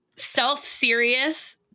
self-serious